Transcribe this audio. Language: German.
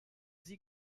sie